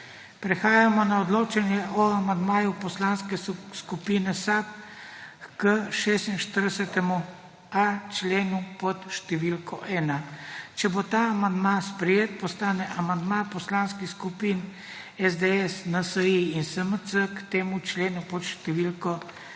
Prehajamo na odločanje o amandmaju Poslanske skupine SAB k 46.a členu pod številko 1. Če bo ta amandma sprejet, postane amandma poslanskih skupin SDS, NSi in SMC k temu členu pod številko 2